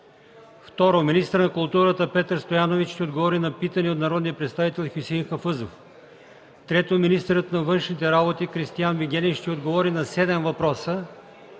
2. Министърът на културата Петър Стоянович ще отговори на питане от народния представител Хюсеин Хафъзов. 3. Министърът на външните работи Кристиан Вигенин ще отговори на 7 въпроса